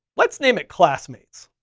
let's name it classmates.